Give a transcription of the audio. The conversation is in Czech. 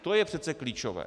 To je přece klíčové.